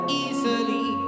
easily